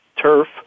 Turf